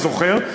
אתה זוכר,